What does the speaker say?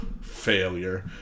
failure